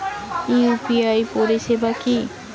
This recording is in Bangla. ইউ.পি.আই পরিসেবা কি?